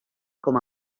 com